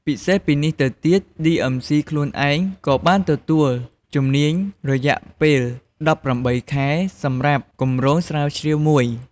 ពិសេសពីនេះទៅទៀត ឌីអឹមស៊ី (DMC) ខ្លួនឯងក៏បានទទួល ជំនួយរយៈពេល ១៨ ខែ សម្រាប់គម្រោងស្រាវជ្រាវមួយ។